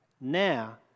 Now